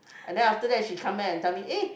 and then after that she come back and tell me eh